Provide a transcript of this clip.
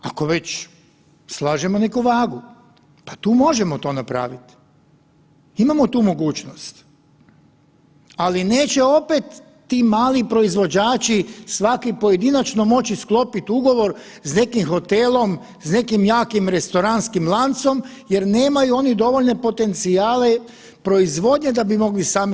Ako već slažemo neku vagu pa tu možemo to napraviti, imamo tu mogućnost, ali neće opet ti mali proizvođači svaki pojedinačno sklopiti ugovor s nekim hotelom, s nekim jakim restoranskim lancom jer nemaju oni dovoljne potencijale proizvodnje da bi mogli sami.